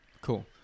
Cool